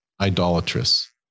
idolatrous